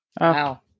Wow